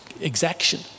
Exaction